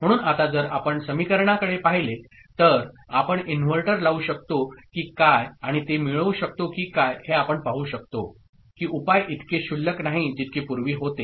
म्हणून आता जर आपण समीकरणाकडे पाहिले तर आपण इन्व्हर्टर लावू शकतो की काय आणि ते मिळवू शकतो की काय हे आपण पाहु शकतो की उपाय इतके क्षुल्लक नाही जितके पूर्वी होते